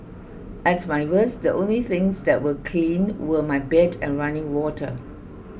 at my worst the only things that were clean were my bed and running water